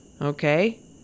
Okay